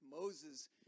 moses